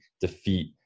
defeat